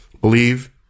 Believe